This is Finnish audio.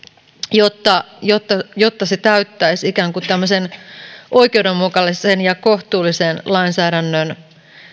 jotta jotta se täyttäisi oikeudenmukaisen ja kohtuullisen lainsäädännön